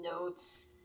notes